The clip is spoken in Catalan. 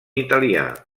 italià